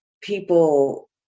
people